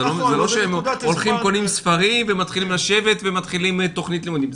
זה לא שהם הולכים לקנות ספרים ומתחילים לשבת ומתחילים תכנית לימודים.